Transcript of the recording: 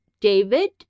David